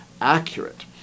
accurate